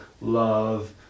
love